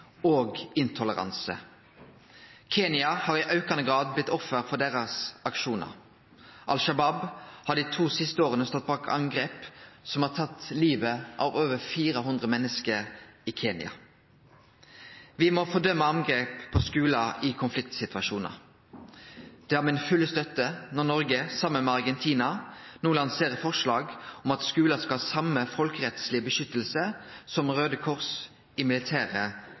og intoleranse. Kenya har i aukande grad blitt offer for deira aksjonar. Al Shabaab har dei to siste åra stått bak angrep som har tatt livet av over 400 menneske i Kenya. Me må fordøme angrep på skular i konfliktsituasjonar. Det har mi fulle støtte når Noreg saman med Argentina no lanserer forslag om at skular skal ha same folkerettslege beskyttelse som